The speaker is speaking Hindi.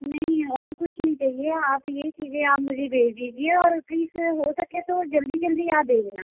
नहीं नहीं और कुछ नहीं चहिए आप यही चीज़ै आप मुझे भेज दीजिए और प्लीस हो सके तो जल्दी जल्दी आप भेजना